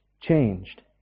changed